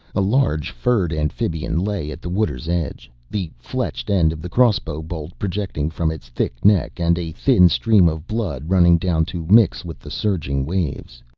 a large, furred amphibian lay at the water's edge, the fletched end of the crossbow bolt projecting from its thick neck and a thin stream of blood running down to mix with the surging waves.